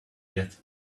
yet